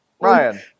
Ryan